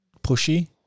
pushy